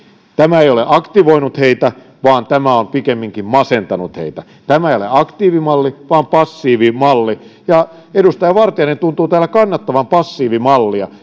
tämä ei ole aktivoinut heitä vaan tämä on pikemminkin masentanut heitä tämä ei ole aktiivimalli vaan passiivimalli edustaja vartiainen tuntuu täällä kannattavan passiivimallia